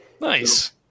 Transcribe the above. Nice